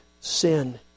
sin